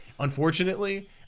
Unfortunately